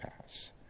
pass